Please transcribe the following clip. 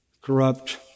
corrupt